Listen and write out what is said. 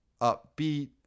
upbeat